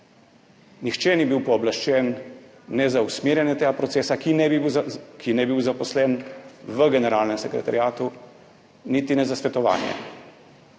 Nihče ni bil pooblaščen ne za usmerjanje tega procesa, ki ne bi bil zaposlen v Generalnem sekretariatu niti ne za svetovanje.